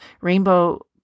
rainbow